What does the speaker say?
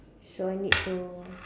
so I need to